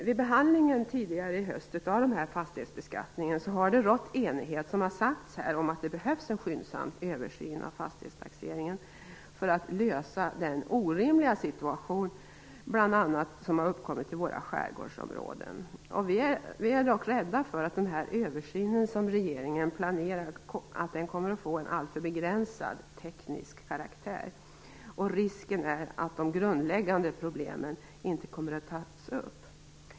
Under den tidigare behandlingen av fastighetsbeskattningen under hösten har det, som här har sagt, rått enighet om att det behövs en skyndsam översyn av fastighetstaxeringen för att lösa den orimliga situation som har uppkommit i bl.a. skärgårdsområdena. Vi är dock rädda för att den översyn som regeringen planerar kommer att få en alltför begränsad och teknisk karaktär. Risken är att de grundläggande problemen inte kommer att tas upp.